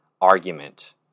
argument